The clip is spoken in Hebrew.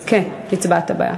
כן, הצבעת בעד.